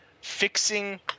fixing